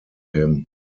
him